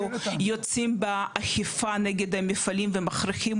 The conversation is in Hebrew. אנחנו יוצאים באכיפה נגד המפעלים ומכריחים